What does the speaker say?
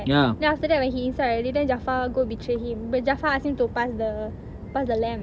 then after that when he inside already then jafar go betray him but jafar asked him to pass the pass the lamp